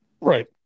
Right